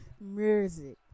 music